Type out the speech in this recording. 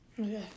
Okay